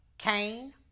Cain